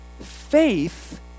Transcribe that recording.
Faith